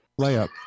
layup